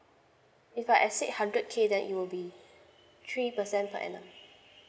if I exceed hundred K then it will be three percent per annum